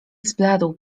zbladł